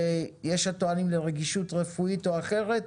שיש הטוענים לרגישות רפואית או אחרת,